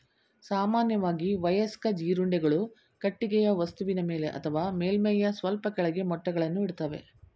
ಸಾಮಾನ್ಯವಾಗಿ ವಯಸ್ಕ ಜೀರುಂಡೆಗಳು ಕಟ್ಟಿಗೆಯ ವಸ್ತುವಿನ ಮೇಲೆ ಅಥವಾ ಮೇಲ್ಮೈಯ ಸ್ವಲ್ಪ ಕೆಳಗೆ ಮೊಟ್ಟೆಗಳನ್ನು ಇಡ್ತವೆ